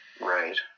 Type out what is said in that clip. Right